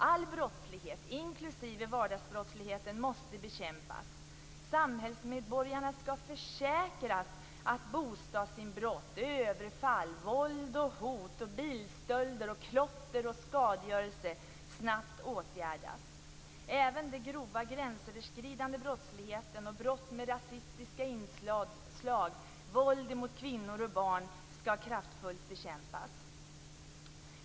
All brottslighet, inklusive vardagsbrottsligheten, måste bekämpas. Samhällsmedborgarna skall försäkras att bostadsinbrott, överfall, våld och hot, bilstölder, klotter och skadegörelse snabbt åtgärdas. Även den grova gränsöverskridande brottsligheten, brott med rasistiska inslag samt våld mot kvinnor och barn skall kraftfullt bekämpas.